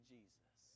Jesus